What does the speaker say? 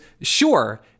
sure